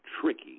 tricky